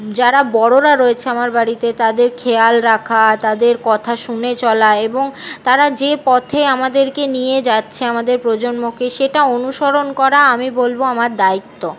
যারা বড়োরা রয়েছে আমার বাড়িতে তাদের খেয়াল রাখা তাদের কথা শুনে চলা এবং তারা যে পথে আমাদেরকে নিয়ে যাচ্ছে আমাদের প্রজন্মকে সেটা অনুসরণ করা আমি বলবো আমার দায়িত্ব